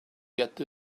get